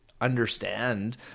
understand